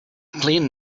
clean